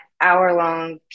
hour-long